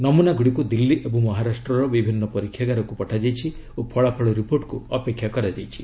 ନମୂନାଗୁଡ଼ିକୁ ଦିଲ୍ଲୀ ଏବଂ ମହାରାଷ୍ଟ୍ରର ବିଭିନ୍ନ ପରୀକ୍ଷାଗାରକ୍ତ ପଠାଯାଇଛି ଓ ଫଳାଫଳ ରିପୋର୍ଟକୁ ଅପେକ୍ଷା କରାଯାଇଛି